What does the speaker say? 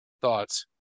thoughts